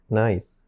nice